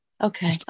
Okay